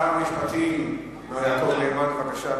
שר המשפטים, מר יעקב נאמן, בבקשה.